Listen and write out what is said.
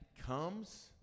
Comes